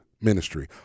ministry